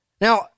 Now